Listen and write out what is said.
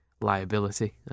liability